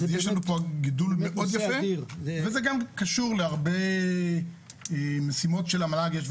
אז יש לנו פה גידול מאוד יפה וזה גם קשור להרבה משימות שלמל"ג יש,